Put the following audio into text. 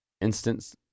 instance